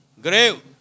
Grave